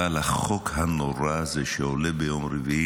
אבל החוק הנורא הזה שעולה ביום רביעי